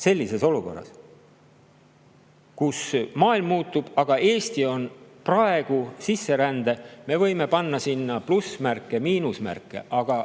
sellises olukorras, kus maailm muutub. Aga Eesti on praegu sisserände [surve all], me võime panna sinna plussmärke, miinusmärke, aga